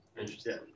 Interesting